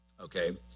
Okay